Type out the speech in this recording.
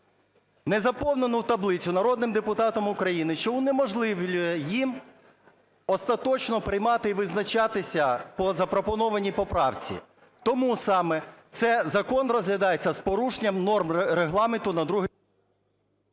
незаповнену таблицю народним депутатам України, що унеможливлює їм остаточно приймати і визначатися по запропонованій поправці. Тому саме це закон розглядається з порушенням норм Регламенту на… ГОЛОВУЮЧИЙ.